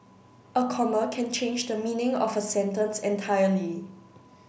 a comma can change the meaning of a sentence entirely